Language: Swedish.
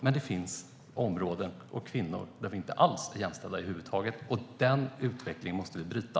Men det finns områden där kvinnor och män inte alls är jämställda. Den utvecklingen måste vi bryta.